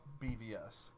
BVS